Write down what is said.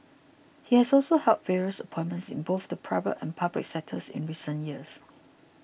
he has also held various appointments in both the private and public sectors in recent years